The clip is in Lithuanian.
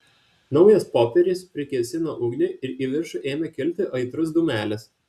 naujas popierius prigesino ugnį ir į viršų ėmė kilti aitrus dūmelis